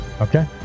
okay